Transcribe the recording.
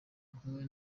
kumwe